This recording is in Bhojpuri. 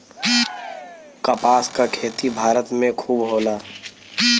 कपास क खेती भारत में खूब होला